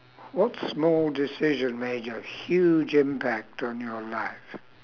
what small decision made a huge impact on your life